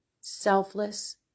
selfless